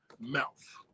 mouth